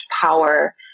power